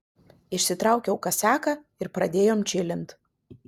išsitraukiau kasiaką ir pradėjom čilint